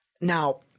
Now